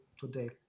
today